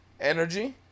energy